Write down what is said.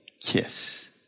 kiss